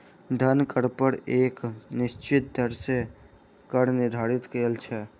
धन कर पर एक निश्चित दर सॅ कर निर्धारण कयल छै